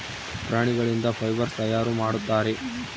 ಪ್ರಾಣಿಗಳಿಂದ ಫೈಬರ್ಸ್ ತಯಾರು ಮಾಡುತ್ತಾರೆ